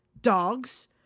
dogs